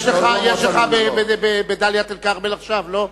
יש לך בדאלית-אל-כרמל עכשיו, לא?